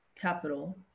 capital